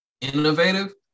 innovative